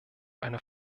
einer